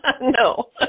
No